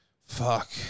fuck